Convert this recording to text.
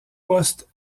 poste